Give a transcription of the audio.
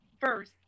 first